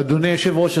אדוני היושב-ראש,